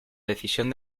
decisión